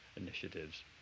initiatives